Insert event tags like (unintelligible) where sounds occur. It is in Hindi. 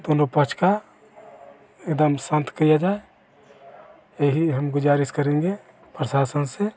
(unintelligible) एकदम (unintelligible) क्लेयर है यही हम गुज़ारिश करेंगे प्रशासन से